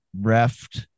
refed